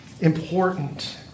important